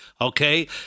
okay